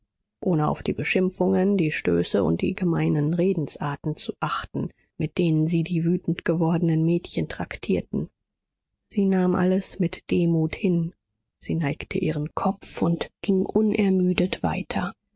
ohne auf die beschimpfungen die stöße und die gemeinen redensarten zu achten mit denen sie die wütend gewordenen mädchen traktierten sie nahm alles mit demut hin sie neigte ihren kopf und ging unermüdet weiter